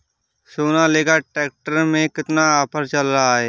Sonalika tractor में कितना offer चल रहा है?